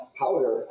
powder